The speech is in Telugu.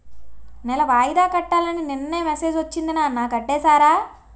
నెల వాయిదా కట్టాలని నిన్ననే మెసేజ్ ఒచ్చింది నాన్న కట్టేసారా?